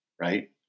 right